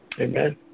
Amen